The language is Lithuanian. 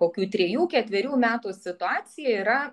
kokių trejų ketverių metų situacija yra